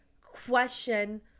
question